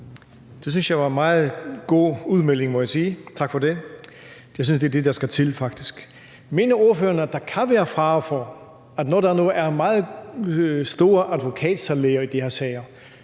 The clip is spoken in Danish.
Det synes jeg var en meget god udmelding, må jeg sige. Tak for det. Det er sådan set det, der skal til faktisk. Mener ordføreren, at der kan være fare for, når der nu er meget store advokatsalærer i de her sager,